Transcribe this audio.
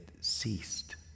ceased